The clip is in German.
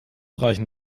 reichen